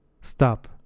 stop